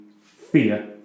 fear